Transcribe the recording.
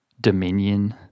dominion